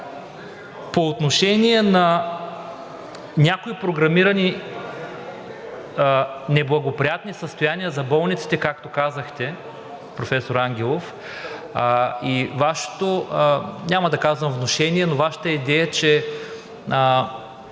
По отношение на някои програмирани неблагоприятни състояния за болниците, както казахте, професор Ангелов, и Вашето, няма да казвам, внушение, но Вашата идея, че